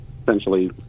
essentially